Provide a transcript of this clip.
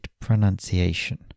pronunciation